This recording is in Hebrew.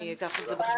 אני אקח את זה בחשבון,